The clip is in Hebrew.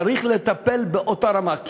צריך לטפל באותה רמה,